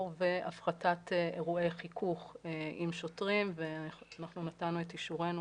והפחתת אירועי חיכוך עם שוטרים ואנחנו נתנו את אישורנו